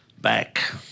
back